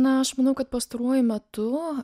na aš manau kad pastaruoju metu